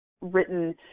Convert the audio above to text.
written